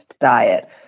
diet